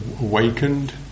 awakened